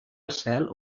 cel